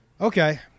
okay